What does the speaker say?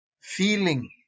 Feeling